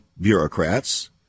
bureaucrats